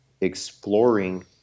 Exploring